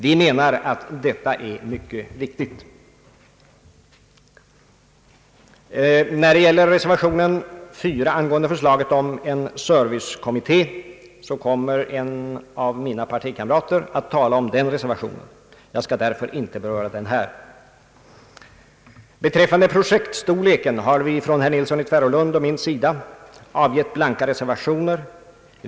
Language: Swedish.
Vi anser att det är mycket viktigt. té har en av mina partikamrater begärt ordet, och jag skall därför inte beröra den här. Vad beträffar projektstorleken har herr Nilsson i Tvärålund och jag avgivit blanka reservationer.